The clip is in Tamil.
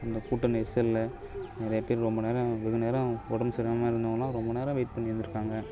இந்த கூட்டம் நெரிசலில் நிறைய பேர் ரொம்ப நேரம் வெகு நேரம் உடம் சரியாம்ம இருந்தவங்களாம் ரொம்ப நேரம் வெயிட் பண்ணி இருந்து இருக்காங்க